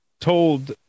told